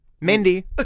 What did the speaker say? Mindy